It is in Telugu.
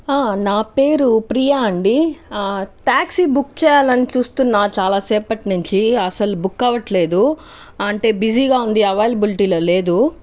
నా పేరు ప్రియా అండి ట్యాక్సీ బుక్ చేయాలని చూస్తున్నాను చాలా సేపటి నుంచి అసలు బుక్ అవ్వట్లేదు అంటే బిజీగా ఉంది అవైలబిలిటీలో లేదు